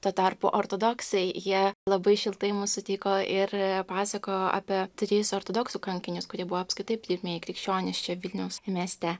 tuo tarpu ortodoksai jie labai šiltai mus sutiko ir pasakojo apie tris ortodoksų kankinius kurie buvo apskritai pirmieji krikščionys čia vilniaus mieste